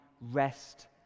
rest